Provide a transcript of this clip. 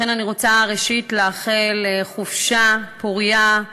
לכן אני רוצה, ראשית, לאחל חופשה פורייה,